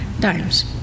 times